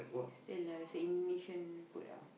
estella is an Indonesian food ah